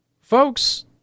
Folks